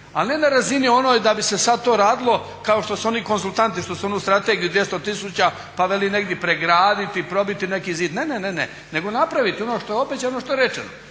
ne na razini onoj da bi se sada to radilo kao što su oni konzultanti što su onu strategiju 200 tisuća pa veli negdje pregraditi, probiti neki zid. Ne, ne, ne nego napraviti ono što je obećano što je rečeno.